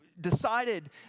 decided